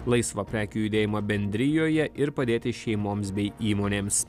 laisvą prekių judėjimą bendrijoje ir padėti šeimoms bei įmonėms